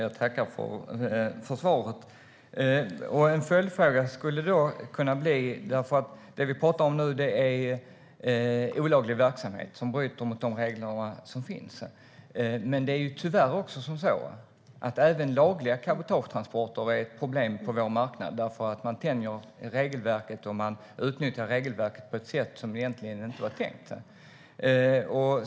Fru talman! Jag tackar för svaret. Det skulle då kunna bli en följdfråga. Det vi pratar om nu är olaglig verksamhet - man bryter mot de regler som finns. Men det är tyvärr också så att även lagliga cabotagetransporter är ett problem på vår marknad, för man tänjer regelverket och utnyttjar regelverket på ett sätt som det egentligen inte var tänkt.